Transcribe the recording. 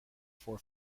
for